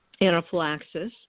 anaphylaxis